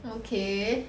okay